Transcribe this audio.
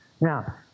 Now